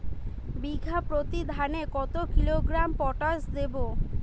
বিঘাপ্রতি ধানে কত কিলোগ্রাম পটাশ দেবো?